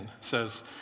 says